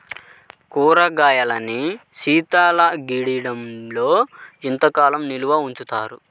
కూరగాయలను శీతలగిడ్డంగిలో ఎంత కాలం నిల్వ ఉంచుతారు?